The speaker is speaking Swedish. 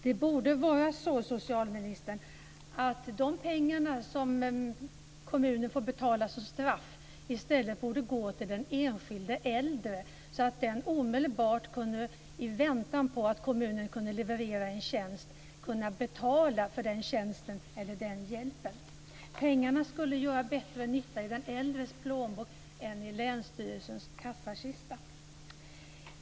Det borde vara så att de pengar som kommunen får betala som straff i stället gick till den enskilde äldre, så att den omedelbart, i väntan på att kommunen kan leverera en tjänst, kunde betala för den tjänsten eller hjälpen. Pengarna skulle göra bättre nytta i den äldres plånbok än i länsstyrelsens kassakista.